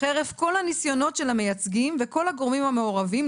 חרף כל הניסיונות של המייצגים וכל הגורמים המעורבים,